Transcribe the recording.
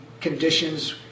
conditions